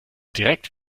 direkt